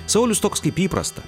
saulius toks kaip įprasta